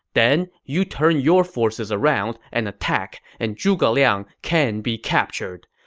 then, you turn your forces around and attack, and zhuge liang can be captured.